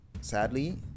sadly